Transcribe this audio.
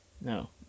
No